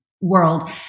world